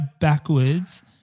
backwards